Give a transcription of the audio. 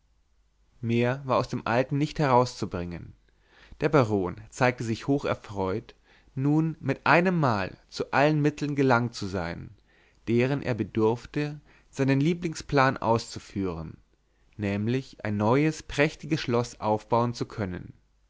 mehr war aus dem alten nicht herauszubringen der baron zeigte sich hoch erfreut nun mit einemmal zu allen mitteln gelangt zu sein deren er bedurfte seinen lieblingsplan ausführen nämlich ein neues prächtiges schloß aufbauen zu können